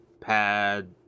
pad